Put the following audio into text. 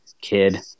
kid